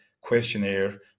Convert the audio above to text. questionnaire